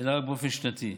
אלא רק באופן שנתי,